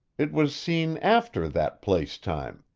it was seen after that place-time.